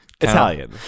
Italian